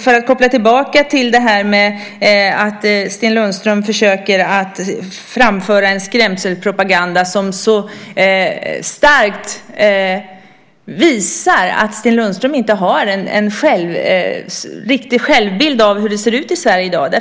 För att koppla tillbaka till den skrämselpropaganda som Sten Lundström försöker framföra visar denna att Sten Lundström inte har en riktig bild av hur det ser ut i Sverige i dag.